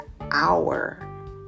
hour